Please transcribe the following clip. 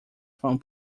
from